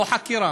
לא חקירה.